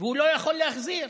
והוא לא יכול להחזיר,